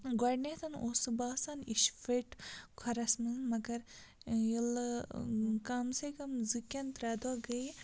گۄڈنٮ۪تھ اوس سُہ باسان یہِ چھِ فِٹ کھۄرَس منٛز مگر ییٚلہِ کَم سے کَم زٕ کِنہٕ ترٛےٚ دۄہ گٔیہِ